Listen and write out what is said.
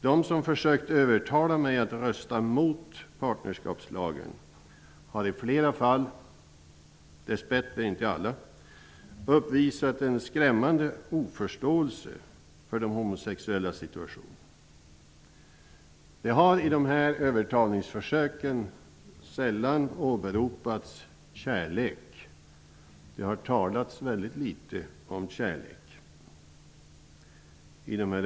De som har försökt att övertala mig att rösta mot partnerskapslagen har i flera fall, dess bättre inte i alla, uppvisat en skrämmande oförståelse för de homosexuellas situation. I dessa övertalningsförsök har det sällan åberopats kärlek; det har talats väldigt litet om kärlek.